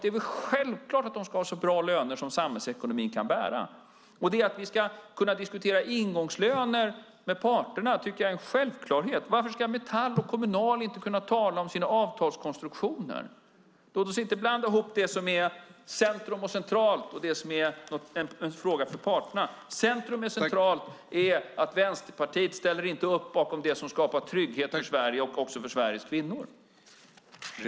Det är väl självklart att de ska ha så bra löner som samhällsekonomin kan bära! Att vi ska kunna diskutera ingångslöner med parterna tycker jag är en självklarhet. Varför ska Metall och Kommunal inte kunna tala om sina avtalskonstruktioner? Låt oss inte blanda ihop det som är centrum och centralt och det som är en fråga för parterna. Centrum och centralt är att Vänsterpartiet inte ställer upp bakom det som skapar trygghet för Sverige och också för Sveriges kvinnor.